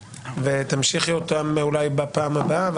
ותמשיכי אותם אולי בפעם הבאה.